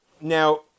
Now